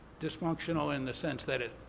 dysfunctional in the sense that it,